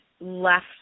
left